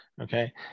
okay